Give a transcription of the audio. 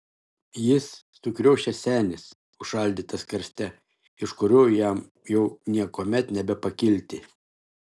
jis sukriošęs senis užšaldytas karste iš kurio jam jau niekuomet nebepakilti